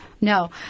No